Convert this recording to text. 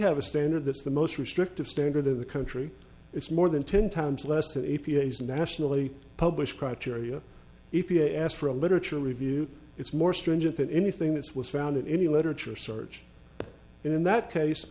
have a standard that's the most restrictive standard of the country it's more than ten times less than a p s nationally published criteria e p a asked for a literature review it's more stringent than anything this was found in any literature search in that case